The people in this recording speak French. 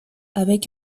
avec